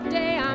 day